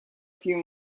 few